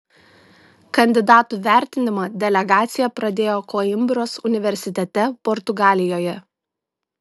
kandidatų vertinimą delegacija pradėjo koimbros universitete portugalijoje